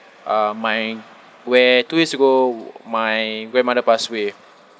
uh my where two year ago my grandmother pass away